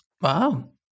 Wow